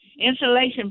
insulation